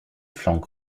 flanc